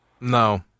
No